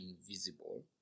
invisible